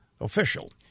official